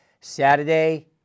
Saturday